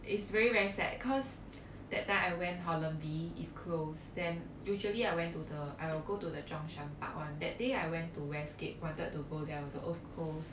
it's very very sad cause that time I went holland V is closed then usually I went to the I will go to the zhongshan park on that day I went to westgate wanted to go there also was closed